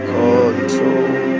control